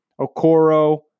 Okoro